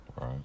Right